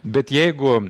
bet jeigu